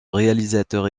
réalisateur